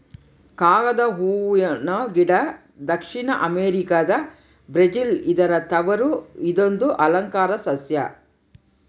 ಕಾಗದ ಹೂವನ ಗಿಡ ದಕ್ಷಿಣ ಅಮೆರಿಕಾದ ಬ್ರೆಜಿಲ್ ಇದರ ತವರು ಇದೊಂದು ಅಲಂಕಾರ ಸಸ್ಯ